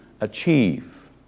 achieve